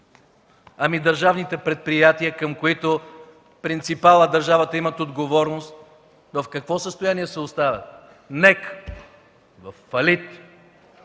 Ами държавните предприятия, към които принципалът, държавата имат отговорност в какво състояние се оставят? Националната